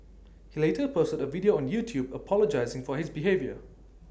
he later posted A video on YouTube apologising for his behaviour